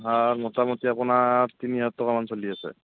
হা মোটামটো আপোনাৰ তিনি হাজাৰ মান চলি আছে